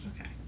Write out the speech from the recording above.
Okay